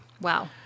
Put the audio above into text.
Wow